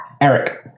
Eric